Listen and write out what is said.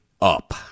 up